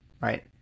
right